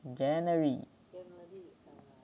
january